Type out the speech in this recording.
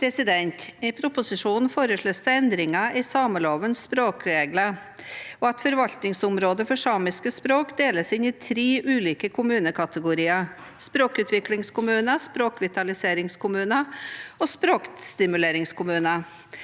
I proposisjonen fore- slås det endringer i samelovens språkregler. Det foreslås at forvaltningsområdet for samiske språk deles inn i tre ulike kommunekategorier: språkutviklingskommuner, språkvitaliseringskommuner og språkstimuleringskommuner.